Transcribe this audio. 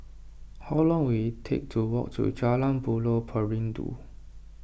how long will it take to walk to Jalan Buloh Perindu